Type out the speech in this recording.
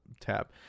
tab